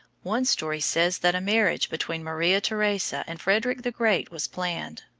one story says that a marriage between maria theresa and frederick the great was planned,